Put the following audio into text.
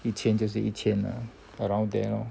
一千就是一千 around there lor